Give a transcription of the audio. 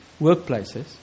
workplaces